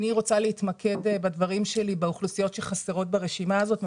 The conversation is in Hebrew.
אני רוצה להתמקד באוכלוסיות שחסרות ברשימה הזאת.